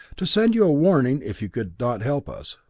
to send you a warning if you could not help us.